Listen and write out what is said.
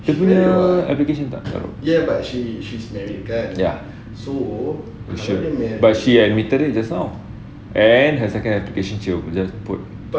dia punya application tak taruk ya but she admitted it just now and her second application she will just put